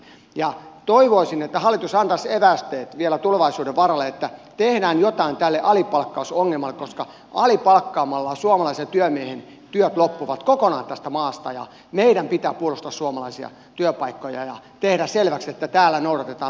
ja toivoisin että hallitus antaisi evästeet vielä tulevaisuuden varalle että tehdään jotain tälle alipalkkausongelmalle koska alipalkkaamalla loppuvat suomalaisen työmiehen työt kokonaan tästä maasta ja meidän pitää puolustaa suomalaisia työpaikkoja ja tehdä selväksi että täällä noudatetaan määrättyjä pelisääntöjä